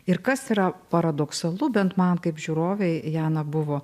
ir kas yra paradoksalu bent man kaip žiūrovei jana buvo